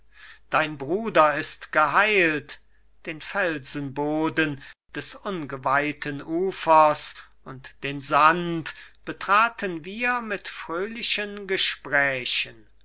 dein bruder ist geheilt den felsenboden des ungeweihten ufers und den sand betraten wir mit fröhlichen gesprächen